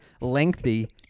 lengthy